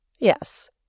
Yes